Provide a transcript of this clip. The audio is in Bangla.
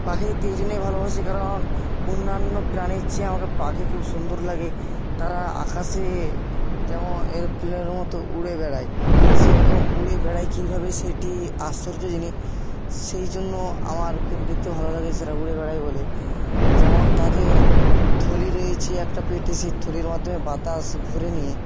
পাখি দেখতে এই জন্যেই ভালোবাসি কারণ অন্যান্য প্রাণীর চেয়ে আমাকে পাখি খুব সুন্দর লাগে তারা আকাশে যেমন এরোপ্লেনের মতো উড়ে বেড়ায় সেরকম উড়ে বেড়ায় কীভাবে সেটি আশ্চর্য জিনিস সেই জন্য আমার খুব দেখতে ভালো লাগে যে তারা উড়ে বেড়ায় বলে যেমন তাদের থলি রয়েছে একটা পেটে সেই থলির মাধ্যমে বাতাস ভরে নিয়ে